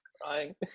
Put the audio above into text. crying